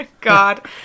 God